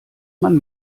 man